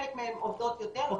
חלק מהן עובדות יותר,